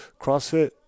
crossfit